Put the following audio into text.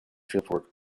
fieldwork